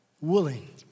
willing